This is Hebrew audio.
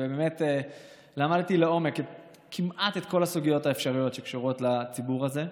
ובאמת למדתי לעומק כמעט את כל הסוגיות האפשריות שקשורות לציבור הזה.